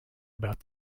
about